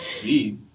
Sweet